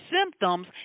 symptoms